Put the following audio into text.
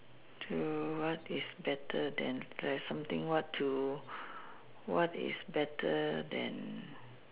to what is better than like something what to what is better than